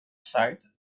site